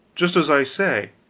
just as i say.